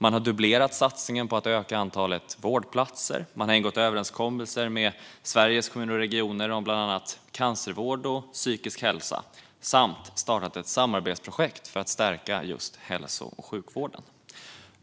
Man har dubblerat satsningen på att öka antalet vårdplatser och ingått överenskommelser med Sveriges Kommuner och Regioner om bland annat cancervård och psykisk hälsa samt startat ett samarbetsprojekt för att stärka hälso och sjukvården.